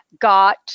got